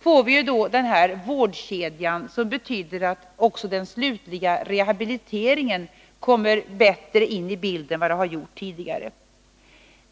får vi den vårdkedja som betyder att också den slutliga rehabiliteringen kommer bättre in i bilden än den har gjort tidigare.